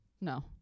No